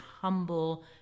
humble